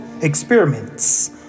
experiments